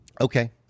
Okay